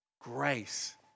Grace